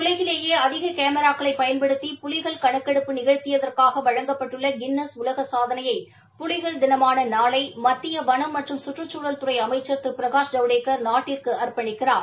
உலகிலேயே அதிக கேமராக்களை பயன்படுத்தி புலிகள் கணக்கெடுப்பு நிகழ்த்தியதற்காக வழங்கப்பட்டுள்ள கின்னஸ் உலக சாதனையை புலிகள் தினமான நாளை மத்திய வனம் மற்றும் கற்றுக்சூழல் துறை அமைக்கள் திரு பிரகாஷ் ஜவடேக்கர் நாட்டிற்கு அர்ப்பணிக்கிறார்